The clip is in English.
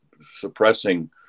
suppressing